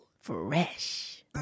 Fresh